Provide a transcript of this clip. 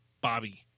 Bobby